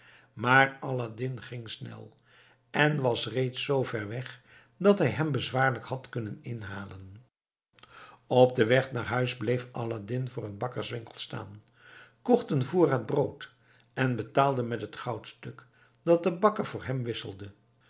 maar aladdin ging snel en was reeds zoover weg dat hij hem bezwaarlijk had kunnen inhalen op den weg naar huis bleef aladdin voor een bakkerswinkel staan kocht een voorraad brood en betaalde met het goudstuk dat de bakker voor hem wisselde